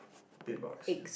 big bulks